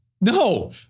No